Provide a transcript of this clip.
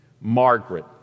Margaret